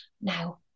now